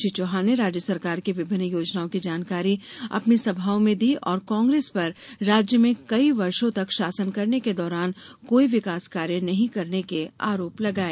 श्री चौहान ने राज्य सरकार की विभिन्न योजनाओं की जानकारी अपनी सभाओं में दिया और कांग्रेस पर राज्य में कई वर्षों तक शासन करने के दौरान कोई विकास कार्य नहीं करने के आरोप लगाए